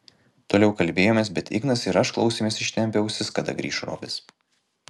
toliau kalbėjomės bet ignas ir aš klausėmės ištempę ausis kada grįš robis